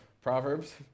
Proverbs